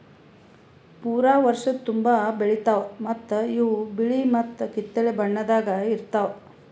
ಪೂರಾ ವರ್ಷದ ತುಂಬಾ ಬೆಳಿತಾವ್ ಮತ್ತ ಇವು ಬಿಳಿ ಮತ್ತ ಕಿತ್ತಳೆ ಬಣ್ಣದಾಗ್ ಇರ್ತಾವ್